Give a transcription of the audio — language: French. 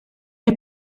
est